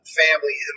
family